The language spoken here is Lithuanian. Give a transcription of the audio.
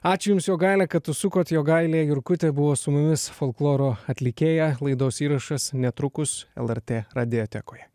ačiū jums jogaile kad užsukot jogailė jurkutė buvo su mumis folkloro atlikėja laidos įrašas netrukus lrt radiotekoje